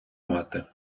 мати